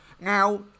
Now